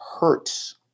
hurts